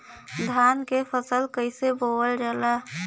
धान क फसल कईसे बोवल जाला?